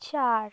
চার